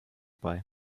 bei